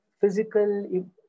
physical